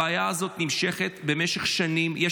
הבעיה הזאת נמשכת במשך שנים.